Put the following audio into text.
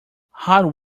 hard